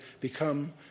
become